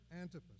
Antipas